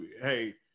hey